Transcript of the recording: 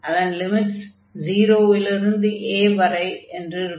அதன் லிமிட்ஸ் 0 லிருந்து a வரை இருக்கும்